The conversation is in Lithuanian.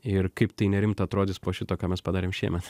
ir kaip tai nerimta atrodys po šito ką mes padarėm šiemet